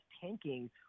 tanking